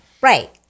right